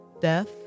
Death